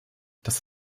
dass